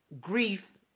grief